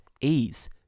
ease